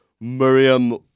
Miriam